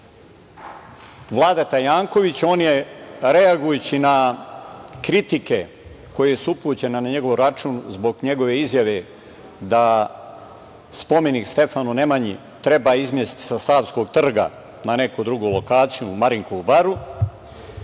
Vladeta Janković. On je reagujući na kritike koje su upućene na njegov račun zbog njegove izjave da spomenik Stefanu Nemanji treba izmestiti sa Savskog trga na neku drugu lokaciju u Marinkovu baru,